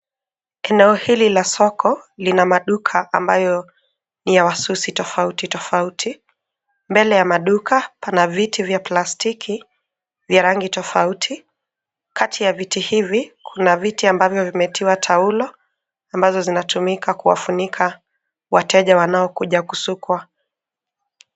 Eneo hili la soko lina maduka ambayo ni ya wasusi tofauti tofauti. Mbele ya maduka pana viti vya plastiki vya rangi tofauti. Kati ya viti hivi kuna viti ambavyo vimetiwa taulo ambazo zinatumika kuwafunika wateja wanaokuja kusukwa.